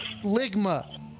Ligma